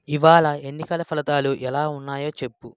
ఇవాళ ఎన్నికల ఫలితాలు ఎలా ఉన్నాయో చెప్పు